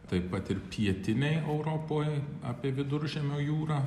taip pat ir pietinėj europoj apie viduržemio jūrą